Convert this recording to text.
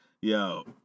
Yo